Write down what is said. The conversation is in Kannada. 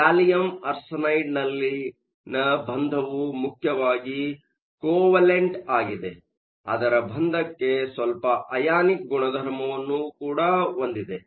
ಗ್ಯಾಲಿಯಮ್ ಆರ್ಸೆನೈಡ್ನಲ್ಲಿನ ಬಂಧವು ಮುಖ್ಯವಾಗಿ ಕೋವೆಲೆಂಟ್ ಆಗಿದೆ ಆದರೆ ಬಂಧಕ್ಕೆ ಸ್ವಲ್ಪ ಅಯಾನಿಕ್ ಗುಣಧರ್ಮವನ್ನು ಕೂಡ ಹೊಂದಿದೆ